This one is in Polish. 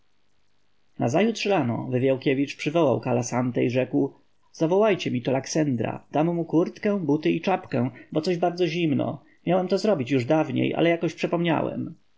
nazajutrz rano wywiałkiewicz przywołał kalasantę i rzekł zawołajcie mi tu laksendra dam mu kurtę buty i czapkę bo coś bardzo zimno miałem to zrobić już dawniej ale jakoś przepomniałem